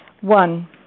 One